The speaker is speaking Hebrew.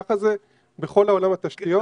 ככה זה בכל עולם התשתיות.